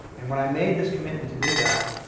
and when i made this commitment to do that,